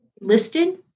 listed